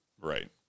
Right